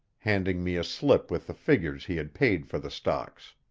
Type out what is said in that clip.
handing me a slip with the figures he had paid for the stocks.